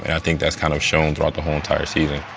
i think that's kind of shown throughout the whole entire season.